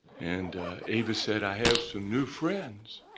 and ava said, i have some new friends.